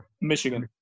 Michigan